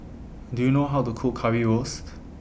Do YOU know How to Cook Currywurst